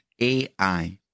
AI